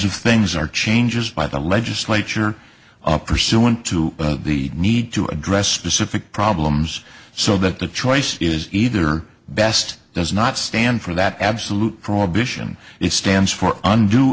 of things are changes by the legislature up pursuant to the need to address specific problems so that the choice is either best does not stand for that absolute prohibition it stands for und